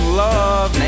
love